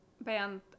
band